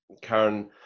Karen